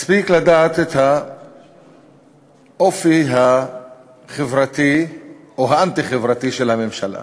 מספיק לדעת את האופי החברתי או האנטי-חברתי של הממשלה.